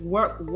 work